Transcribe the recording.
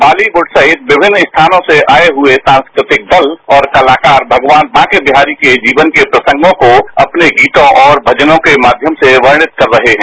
बॉलीवुड सहित विभिन्न स्थानों से आए हुए सांस्कृतिक दल और कलाकार भगवान बांके बिहारी के जीवन के प्रसंगों को अपने गीतों और भजनों के माध्यम से वर्णित कर रहे हैं